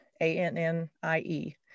A-N-N-I-E